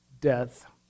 death